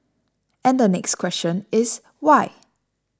and the next question is why